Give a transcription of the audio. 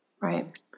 Right